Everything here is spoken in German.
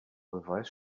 beweis